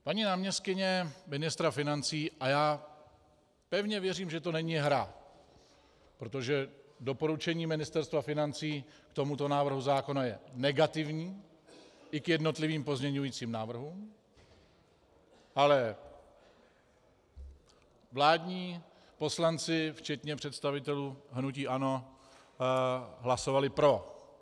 Paní náměstkyně ministra financí a já pevně věřím, že to není hra, protože doporučení Ministerstva financí k tomuto návrhu zákona je negativní, i k jednotlivým pozměňovacím návrhům, ale vládní poslanci včetně představitelů hnutí ANO hlasovali pro.